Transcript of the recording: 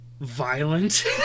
Violent